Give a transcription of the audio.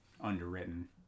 underwritten